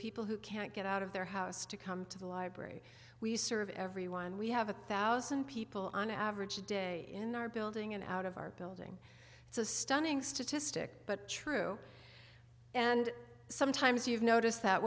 people who can't get out of their house to come to the library we serve everyone we have a thousand people on average today in our building and out of our building it's a stunning statistic but true and sometimes you've noticed that